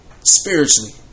spiritually